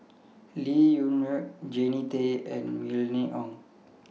Lee Wung Yew Jannie Tay and Mylene Ong